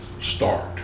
start